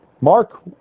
Mark